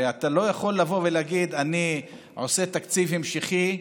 הרי אתה לא יכול לבוא ולהגיד: אני עושה תקציב המשכי,